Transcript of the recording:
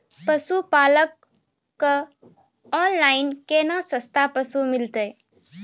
पशुपालक कऽ ऑनलाइन केना सस्ता पसु मिलतै?